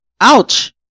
Ouch